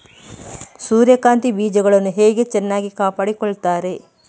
ಸೂರ್ಯಕಾಂತಿ ಬೀಜಗಳನ್ನು ಹೇಗೆ ಚೆನ್ನಾಗಿ ಕಾಪಾಡಿಕೊಳ್ತಾರೆ?